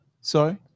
Sorry